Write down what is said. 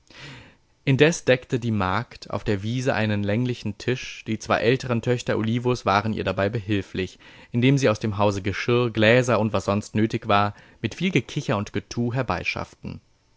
indes deckte die magd auf der wiese einen länglichen tisch die zwei älteren töchter olivos waren ihr dabei behilflich indem sie aus dem hause geschirr gläser und was sonst nötig war mit viel gekicher und getu herbeischafften